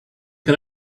can